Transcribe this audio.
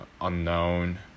Unknown